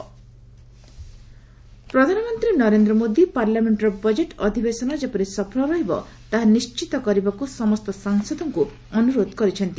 PM budget session ପ୍ରଧାନମନ୍ତ୍ରୀ ନରେନ୍ଦ୍ର ମୋଦି ପାର୍ଲାମେଣ୍ଟର budget ଅଧିବେଶନ ଯେପରି ସଫଳ ରହିବ ତାହା ନିଣ୍ଚିତ କରିବାକୁ ସମସ୍ତ ସାଂସଦଙ୍କୁ ଅନୁରୋଧ କରିଛନ୍ତି